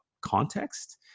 context